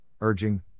urging